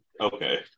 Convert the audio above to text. okay